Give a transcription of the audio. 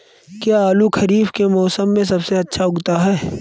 क्या आलू खरीफ के मौसम में सबसे अच्छा उगता है?